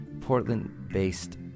Portland-based